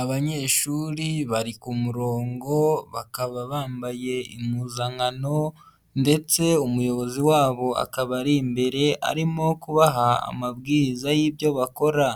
Abanyeshuri bari ku murongo bakaba bambaye impuzankano ndetse umuyobozi wabo akaba ari imbere arimo kubaha amabwiriza y'ibyo bakora,